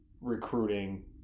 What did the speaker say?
recruiting